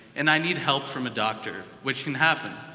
and i need help from a doctor, which can happen,